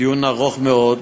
דיון ארוך מאוד,